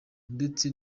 ndetse